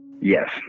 Yes